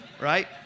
Right